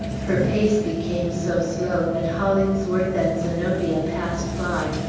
her pace became so slow that hollingsworth and zenobia passed by,